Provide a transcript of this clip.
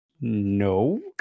no